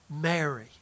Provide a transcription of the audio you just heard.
Mary